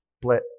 split